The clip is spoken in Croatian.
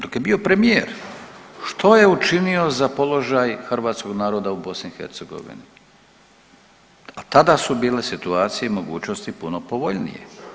Dok je bio premijer što je učinio za položaj hrvatskog naroda u BiH, a tada su bile situacije i mogućnosti puno povoljnije.